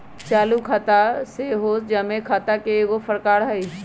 चालू खता सेहो जमें खता के एगो प्रकार हइ